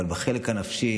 אלא לחלק הנפשי,